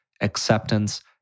acceptance